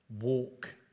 Walk